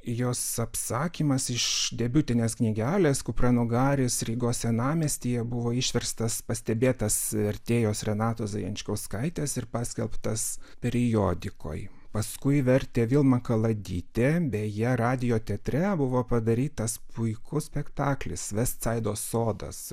jos apsakymas iš debiutinės knygelės kupranugaris rygos senamiestyje buvo išverstas pastebėtas vertėjos renatos zajančkauskaitės ir paskelbtas periodikoj paskui vertė vilma kaladytė beje radijo teatre buvo padarytas puikus spektaklis vestsaido sodas